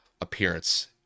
appearance